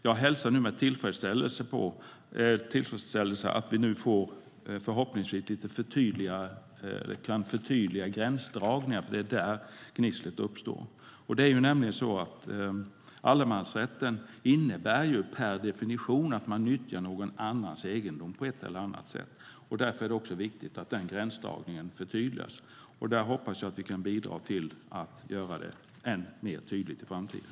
Jag hälsar med tillfredsställelse att vi nu förhoppningsvis får en tydligare gränsdragning. Det är där gnisslet uppstår. Allemansrätten innebär ju att man nyttjar någon annans egendom på ett eller annat sätt. Därför är det viktigt med en tydlig gränsdragning. Jag hoppas att vi kan bidra till att göra den ännu tydligare i framtiden.